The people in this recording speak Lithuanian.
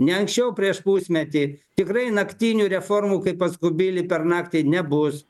ne anksčiau prieš pusmetį tikrai naktinių reformų kaip pas kubilių per naktį nebus